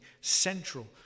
central